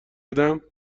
بدم